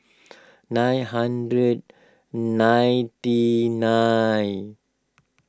nine hundred ninety nine